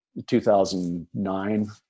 2009